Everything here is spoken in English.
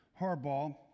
Harbaugh